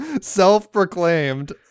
self-proclaimed